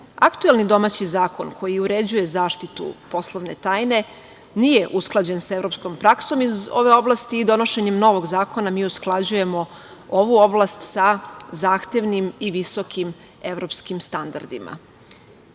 Aktuelni domaći zakon koji uređuje zaštitu poslovne tajne nije usklađen sa evropskom praksom iz ove oblasti i donošenjem novog zakona mi usklađujemo ovu oblast sa zahtevnim i visokim evropskim standardima. Ipak